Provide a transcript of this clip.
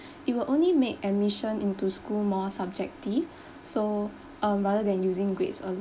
it will only make admission into school more subjective so um rather than using grades alone